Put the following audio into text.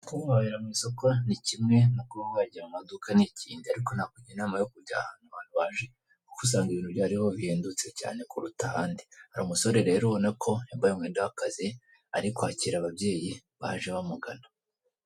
Kuba uhahira mu isoko ni kimwe, no kuba wajya mu maduka ni ikindi. Ariko nakugira inama yo kujya ahantu aba bantu baje, kuko usanga ibintu byaho bihendutse kuruta ahandi. Hari umusore rero ubona wambaye umwenda w'akazi, ari kwakira ababyeyi baje bamugana.